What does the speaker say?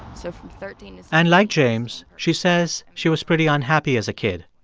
so from thirteen. and like james, she says she was pretty unhappy as a kid.